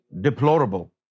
deplorable